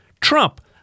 Trump